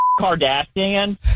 Kardashian